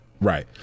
right